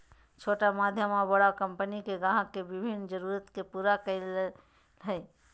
छोटा मध्य और बड़ा कंपनि के ग्राहक के विभिन्न जरूरत के पूरा करय हइ